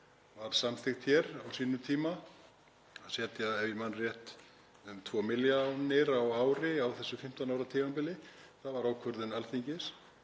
var samþykkt hér á sínum tíma að setja, ef ég man rétt, um 2 milljarða á ári á þessu 15 ára tímabili. Það var ákvörðun Alþingis.